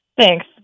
Thanks